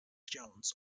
jones